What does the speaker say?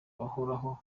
bahoraho